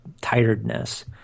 tiredness